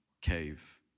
cave